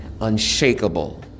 unshakable